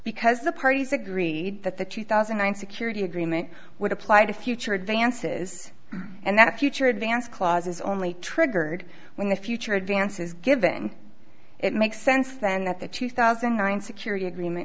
because the parties agreed that the two thousand and six euro the agreement would apply to future advances and that a future advance clause is only triggered when the future advances given it makes sense then that the two thousand and nine security agreement